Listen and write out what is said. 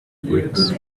bricks